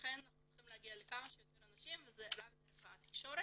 לכן אנחנו צריכים להגיע לכמה שיותר אנשים וזה רק דרך התקשורת.